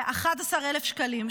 ב-11,000 שקלים,